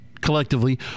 collectively